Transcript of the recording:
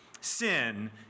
sin